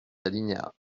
alinéas